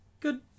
Good